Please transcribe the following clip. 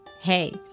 Hey